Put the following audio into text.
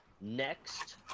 next